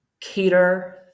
cater